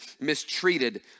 mistreated